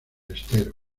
estero